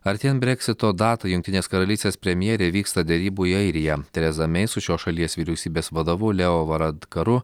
artėjant breksito datai jungtinės karalystės premjerė vyksta derybų į airiją tereza mei su šios šalies vyriausybės vadovu leo varadkaru